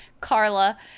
Carla